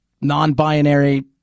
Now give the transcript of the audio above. non-binary